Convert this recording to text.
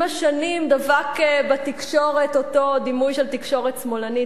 עם השנים דבק בתקשורת אותו דימוי של תקשורת שמאלנית.